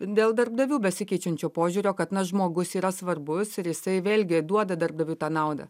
dėl darbdavių besikeičiančio požiūrio kad na žmogus yra svarbus ir jisai vėlgi duoda darbdaviui tą naudą